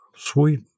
sweet